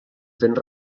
fent